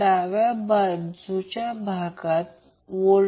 म्हणून आपण येथे तेच लिहित आहोत ω0 √ ω1ω2 होईल